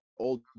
old